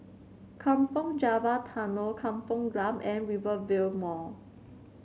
Kampong Java Tunnel Kampung Glam and Rivervale Mall